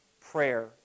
prayer